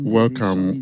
welcome